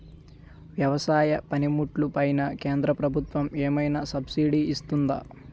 వ్యవసాయ పనిముట్లు పైన కేంద్రప్రభుత్వం ఏమైనా సబ్సిడీ ఇస్తుందా?